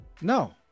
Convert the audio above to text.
No